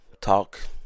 talk